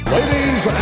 Ladies